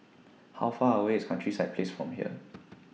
How Far away IS Countryside Place from here